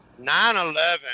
9-11